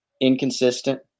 Inconsistent